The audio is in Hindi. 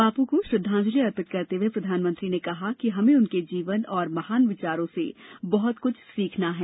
बापू को श्रद्धांजलि अर्पित करते हुए प्रधानमंत्री ने कहा है कि हमें उनके जीवन और महान विचारों से बहुत कुछ सीखना है